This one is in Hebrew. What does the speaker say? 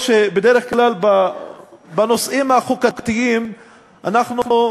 בדרך כלל בנושאים החוקתיים אנחנו,